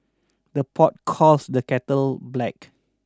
the pot calls the kettle black